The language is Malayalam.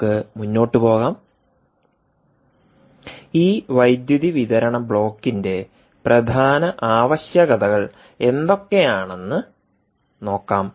നമുക്ക് മുന്നോട്ട് പോകാം ഈ വൈദ്യുതി വിതരണ ബ്ലോക്കിന്റെ പ്രധാന ആവശ്യകതകൾ എന്തൊക്കെയാണെന്ന് നോക്കാം